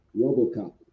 robocop